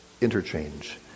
interchange